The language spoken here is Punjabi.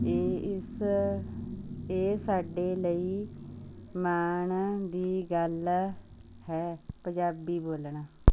ਇਹ ਇਸ ਇਹ ਸਾਡੇ ਲਈ ਮਾਣ ਦੀ ਗੱਲ ਹੈ ਪੰਜਾਬੀ ਬੋਲਣਾ